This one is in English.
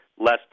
less